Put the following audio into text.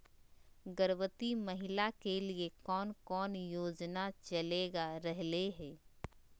गर्भवती महिला के लिए कौन कौन योजना चलेगा रहले है?